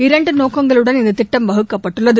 இரண்டு நோக்கங்களுடன் இந்த திட்டம் வகுக்கப்பட்டுள்ளது